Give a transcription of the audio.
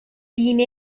بیمه